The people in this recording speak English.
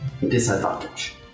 Disadvantage